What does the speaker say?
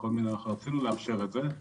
רצינו לאפשר את זה.